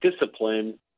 discipline